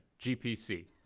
GPC